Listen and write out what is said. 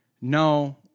no